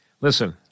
Listen